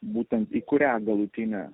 būtent į kurią galutinę